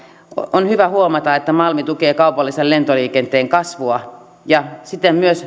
on hyvä huomata että malmi tukee kaupallisen lentoliikenteen kasvua ja siten myös